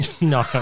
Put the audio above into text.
No